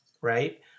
right